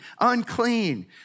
unclean